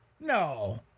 No